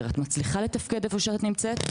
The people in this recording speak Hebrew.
והאם היא מצליחה לתפקד היכן שאת נמצאת,